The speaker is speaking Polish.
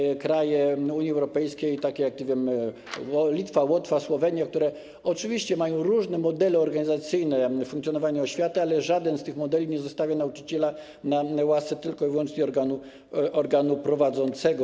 Chodzi o kraje Unii Europejskiej takie jak Litwa, Łotwa, Słowenia, które oczywiście mają różne modele organizacyjne funkcjonowania oświaty, ale żaden z tych modeli nie zostawia nauczyciela na łasce tylko i wyłącznie organu prowadzącego.